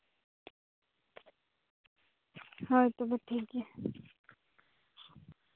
ᱦᱳᱭ ᱛᱚᱵᱮ ᱴᱷᱤᱠᱜᱮᱭᱟ